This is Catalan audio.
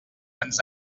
ens